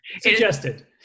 Suggested